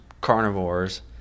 carnivores